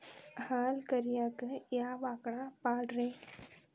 ಹಾಲು ಕರಿಯಾಕ ಯಾವ ಆಕಳ ಪಾಡ್ರೇ?